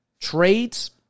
trades